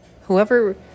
Whoever